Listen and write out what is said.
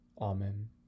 Amen